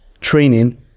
training